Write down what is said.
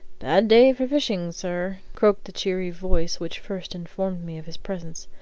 bad day for fishing, sir, croaked the cheery voice which first informed me of his presence.